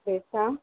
पैसा